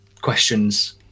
questions